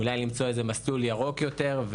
אולי למצוא מסלול ירוק יותר,